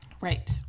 Right